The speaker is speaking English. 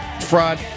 Fraud